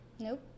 nope